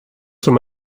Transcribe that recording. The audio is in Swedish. som